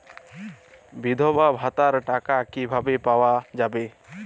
বিধবা ভাতার টাকা কিভাবে পাওয়া যাবে?